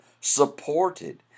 supported